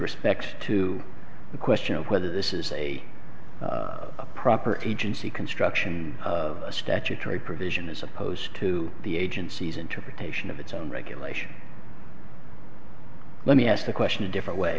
respect to the question of whether this is a proper agency construction of a statutory provision as opposed to the agency's interpretation of its own regulation let me ask the question a different way